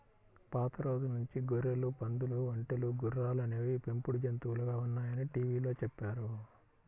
పాత రోజుల నుంచి గొర్రెలు, పందులు, ఒంటెలు, గుర్రాలు అనేవి పెంపుడు జంతువులుగా ఉన్నాయని టీవీలో చెప్పారు